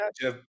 Jeff